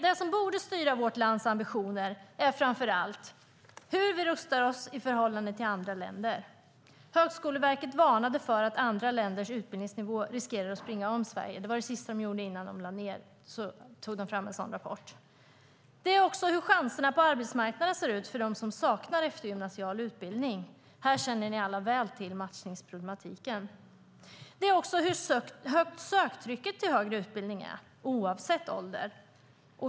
Det som borde styra vårt lands ambitioner är framför allt hur vi rustar oss i förhållande till andra länder. Högskoleverket varnade för att andra länders utbildningsnivå riskerar att springa om Sveriges. Att ta fram en sådan rapport var det sista de gjorde innan de lade ned. Det som också borde styra ambitionerna är hur chanserna på arbetsmarknaden ser ut för dem som saknar eftergymnasial utbildning. Här känner ni alla väl till matchningsproblematiken. Det handlar också om hur högt söktrycket till högre utbildning är, oavsett ålder.